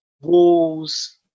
walls